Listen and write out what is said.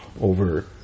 over